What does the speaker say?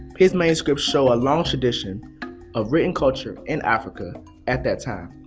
his manuscripts show a long tradition of written culture in africa at that time.